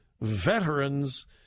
veterans